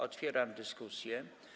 Otwieram dyskusję.